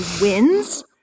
wins –